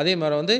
அதே மாரி வந்து